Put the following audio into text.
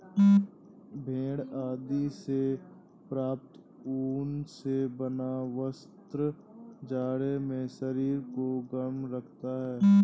भेड़ आदि से प्राप्त ऊन से बना वस्त्र जाड़े में शरीर को गर्म रखता है